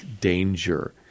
danger